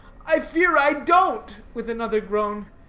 i fear i don't, with another groan.